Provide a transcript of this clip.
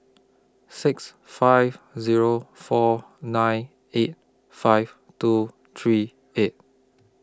six five Zero four nine eight five two three eight